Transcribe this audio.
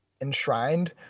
enshrined